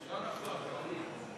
לא נכון.